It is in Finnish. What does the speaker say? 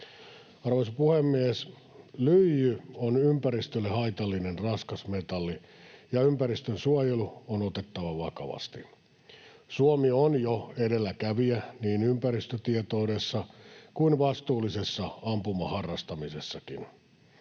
Arvoisa puhemies! Lyijy on ympäristölle haitallinen raskasmetalli, ja ympäristönsuojelu on otettava vakavasti. Suomi on jo edelläkävijä niin ympäristötietoudessa kuin vastuullisessa ampumaharrastamisessakin.